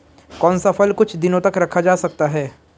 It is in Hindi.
कौन सा फल कुछ दिनों तक रखा जा सकता है?